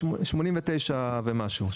89 מיליון ומשהו.